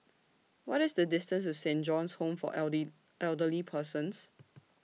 What IS The distance to Saint John's Home For Elderly Persons